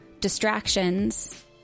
distractions